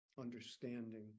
understanding